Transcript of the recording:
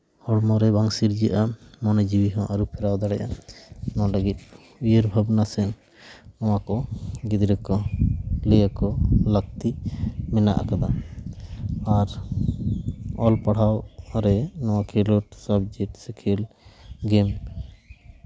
ᱦᱚᱲᱢᱚ ᱨᱮ ᱵᱟᱝ ᱥᱤᱨᱡᱟᱹᱜᱼᱟ ᱢᱚᱱᱮ ᱡᱤᱣᱤ ᱦᱚᱸ ᱟᱹᱨᱩ ᱯᱷᱮᱨᱟᱣ ᱫᱟᱲᱮᱜᱼᱟ ᱱᱚᱰᱮᱜᱮ ᱩᱭᱦᱟᱹᱨ ᱵᱷᱟᱵᱽᱱᱟ ᱥᱮ ᱱᱚᱣᱟ ᱠᱚ ᱜᱤᱫᱽᱨᱟᱹ ᱠᱚ ᱞᱟᱹᱭᱟ ᱠᱚ ᱞᱟᱹᱠᱛᱤ ᱢᱮᱱᱟᱜ ᱠᱟᱫᱟ ᱟᱨ ᱚᱞ ᱯᱟᱲᱦᱟᱣ ᱨᱮ ᱱᱚᱣᱟ ᱠᱷᱮᱞᱳᱰ ᱥᱟᱵᱡᱮᱠᱴ ᱥᱮ ᱠᱷᱮᱞ ᱜᱮ